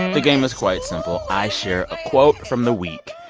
the game is quite simple. i share a quote from the week.